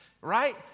Right